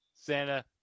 Santa